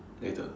later